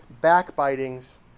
backbitings